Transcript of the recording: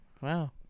Wow